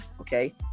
okay